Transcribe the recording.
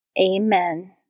Amen